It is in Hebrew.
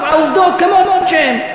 העובדות כמו שהן.